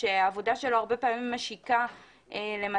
לה אפילו לא היה חשבון בנק אז את הכסף היא העבירה לבת